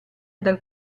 dal